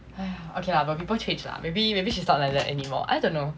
!aiya! okay lah but people change lah maybe maybe she's not like that anymore I don't know